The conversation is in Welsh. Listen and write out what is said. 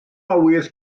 awydd